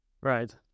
Right